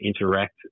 interact